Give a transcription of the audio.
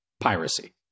piracy